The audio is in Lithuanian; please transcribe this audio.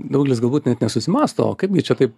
daugelis galbūt net nesusimąsto o kaipgi čia taip